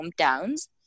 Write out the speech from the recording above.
hometowns